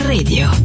Radio